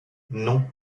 non